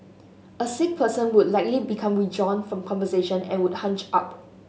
a sick person will likely become withdrawn from conversation and would hunch up